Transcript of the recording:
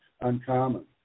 uncommon